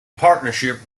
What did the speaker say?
partnership